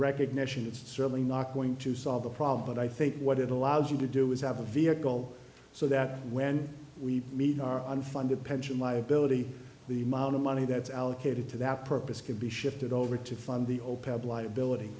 recognition it's certainly not going to solve the problem i think what it allows you to do is have a vehicle so that when we meet our unfunded pension liability the amount of money that's allocated to that purpose could be shifted over to fund the opioid liability